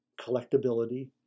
collectability